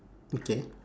okay